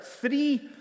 three